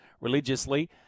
religiously